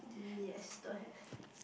yes don't have